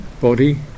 body